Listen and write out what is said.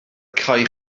cae